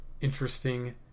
interesting